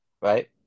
Right